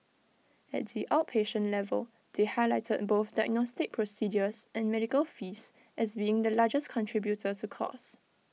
at the outpatient level they highlighted both diagnostic procedures and medical fees as being the largest contributor to costs